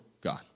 God